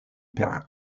per